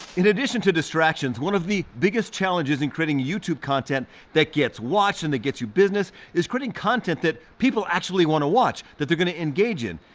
in addition to distractions, one of the biggest challenges in creating youtube content that gets watched and that gets you business is creating content that people actually wanna watch that they're gonna engage in.